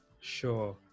Sure